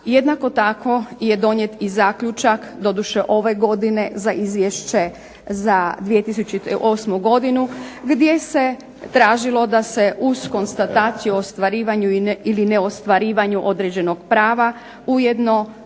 jednako tako je donijet zaključak doduše ove godine za Izvješće za 2008. godinu gdje se tražilo da se uz konstataciju o ostvarivanju ili ne ostvarivanju određenog prava ujedno